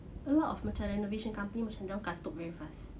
a lot of macam renovation company mcam dorang katuk very fast